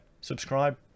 subscribe